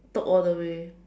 talk all the way